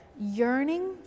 yearning